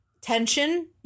tension